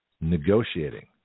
negotiating